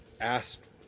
asked